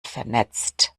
vernetzt